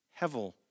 Hevel